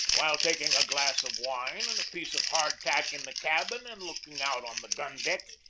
while taking a glass of wine and a piece of hardtack in the cabin and looking out on the gun-deck,